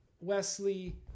Wesley